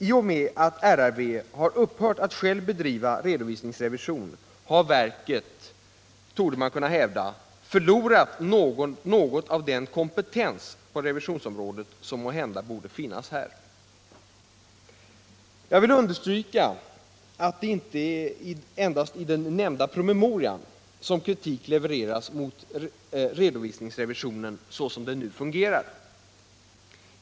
I och med att riksrevisionsverket har upphört att självt bedriva redovisningsrevision har verket, torde man kunna hävda, förlorat något av den kompetens på revisionsområdet som måhända borde finnas där. Jag vill understryka att det inte endast är i den nämnda promemorian som kritik levereras mot redovisningsrevisionen såsom den nu fungerar.